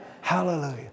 Hallelujah